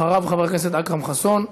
אחריו, חבר הכנסת אכרם חסון.